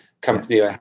company